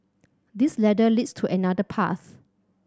this ladder leads to another path